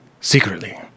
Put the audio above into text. secretly